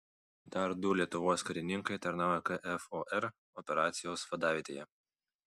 dar du lietuvos karininkai tarnauja kfor operacijos vadavietėje